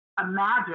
Imagine